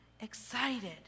excited